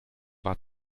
war